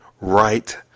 right